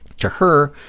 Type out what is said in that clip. to her,